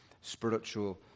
spiritual